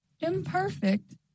Imperfect